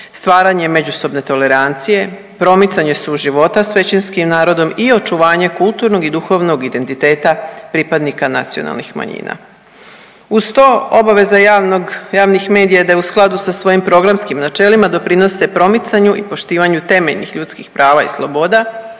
stvaranja međusobne tolerancije, promicanju suživota s većinskim narodom i očuvanje kulturnog i duhovnog identiteta pripadnika nacionalnih manjina. Uz to obaveza javnog, javnih medija je da je u skladu sa svojim programskim načelima doprinose promicanju i poštivanju temeljnih ljudskih prava i sloboda,